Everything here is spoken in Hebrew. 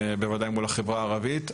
בוודאי מול החברה הערבית,